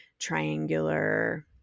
triangular